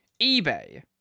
eBay